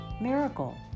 Miracle